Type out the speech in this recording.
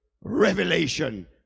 revelation